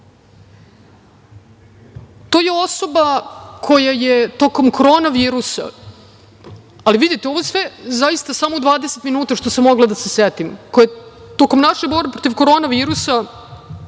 je osoba koja je tokom korona virusa, ali vidite ovo je sve u dvadeset minuta što sam mogla da se setim, tokom naše borbe protiv korona virusa,